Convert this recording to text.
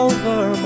Over